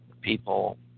people